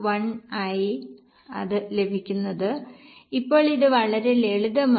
1 ആയി അത് ലഭിക്കുന്നത് ഇപ്പോൾ ഇത് വളരെ ലളിതമാണ്